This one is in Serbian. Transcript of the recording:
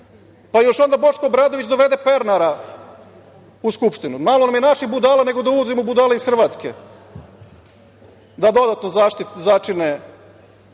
pa još Boško Obradović dovede Pernara u Skupštinu, malo nam je naših budala, nego da uvozimo budale iz Hrvatske, da dodatno začine